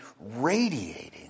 radiating